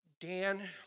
Dan